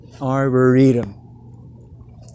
Arboretum